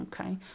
okay